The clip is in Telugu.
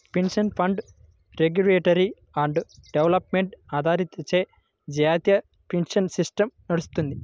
pension fund regulatory and development అథారిటీచే జాతీయ పెన్షన్ సిస్టమ్ నడుత్తది